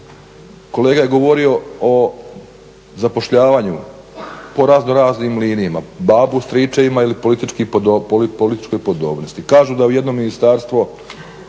Kolega je govorio o zapošljavanju po raznoraznim linijama, babi, stričevima ili političkoj podobnosti.